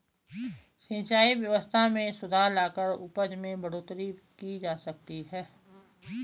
सिंचाई व्यवस्था में सुधार लाकर उपज में बढ़ोतरी की जा सकती है